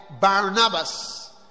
Barnabas